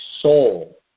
soul